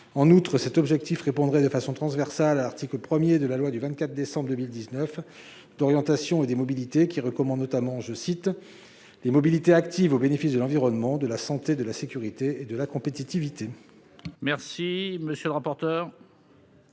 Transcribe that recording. mention de cet objectif exprimerait de façon transversale l'ambition inscrite à l'article 1 de la loi du 24 décembre 2019 d'orientation des mobilités, qui recommande notamment « les mobilités actives au bénéfice de l'environnement, de la santé, de la sécurité et de la compétitivité ».